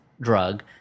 drug